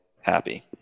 happy